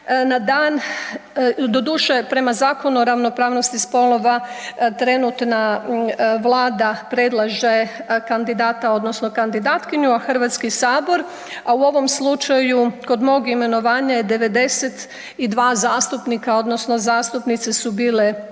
na dan doduše prema Zakonu o ravnopravnosti spolova trenutna Vlada predlaže kandidata odnosno kandidatkinju Hrvatski sabor, a u ovom slučaju kod mog imenovanja je 92 zastupnika odnosno zastupnice su bile za, 6 ih